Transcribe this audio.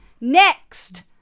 Next